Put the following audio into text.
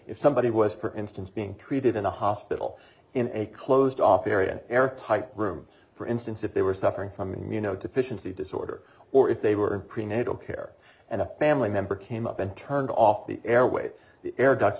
if somebody was for instance being treated in a hospital in a closed off area air tight room for instance if they were suffering from immunodeficiency disorder or if they were prenatal care and a family member came up and turned off the airway the air ducts